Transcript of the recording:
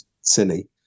silly